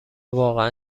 واقعا